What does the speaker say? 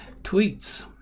tweets